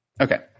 Okay